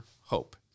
hope